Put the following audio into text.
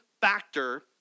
factor